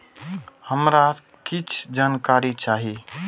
हमरा कीछ जानकारी चाही